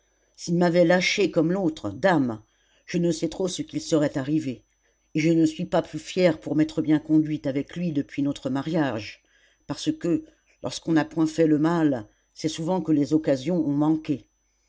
s'il m'avait lâchée comme l'autre dame je ne sais trop ce qu'il serait arrivé et je ne suis pas plus fière pour m'être bien conduite avec lui depuis notre mariage parce que lorsqu'on n'a point fait le mal c'est souvent que les occasions ont manqué